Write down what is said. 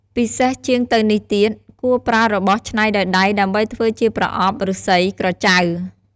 ពិសេសជាងទៅនេះទៀត គួរប្រើរបស់ច្នៃដោយដៃដើម្បីធ្វើជាប្រអប់ (ឫស្សី ក្រចៅ)។